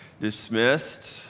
dismissed